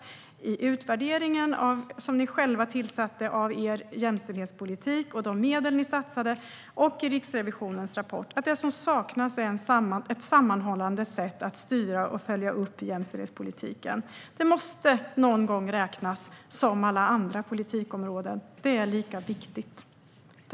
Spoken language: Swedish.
Det framkommer i utvärderingen ni själva tillsatte av er jämställdhetspolitik och av de medel ni satsade, och det framgår även i Riksrevisionens rapport, att det som saknas är ett sammanhållande sätt att styra och följa upp jämställdhetspolitiken. Det området måste någon gång räknas som alla andra politikområden. Det är lika viktigt.